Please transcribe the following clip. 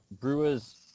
brewers